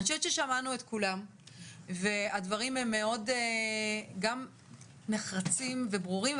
אני חושבת ששמענו את כולם והדברים הם גם נחרצים וברורים,